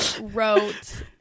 wrote